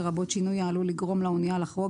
לרבות שינוי העלול לגרום לאנייה לחרוג